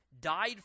died